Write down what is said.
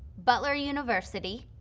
butler university,